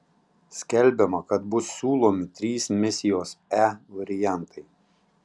skelbiama kad bus siūlomi trys misijos e variantai